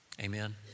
Amen